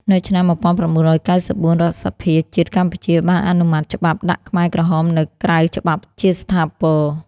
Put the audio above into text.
នៅឆ្នាំ១៩៩៤ រដ្ឋសភាជាតិកម្ពុជាបានអនុម័តច្បាប់ដាក់ខ្មែរក្រហមនៅក្រៅច្បាប់ជាស្ថាពរ។